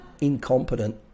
incompetent